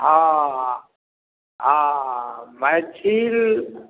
हँ हँ मैथिल